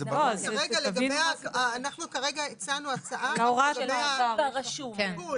אנחנו כרגע הצענו הצעה לגבי הרשום.